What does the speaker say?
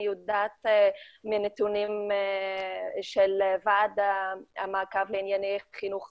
אני יודעת מנתונים של ועד המעקב לענייני חינוך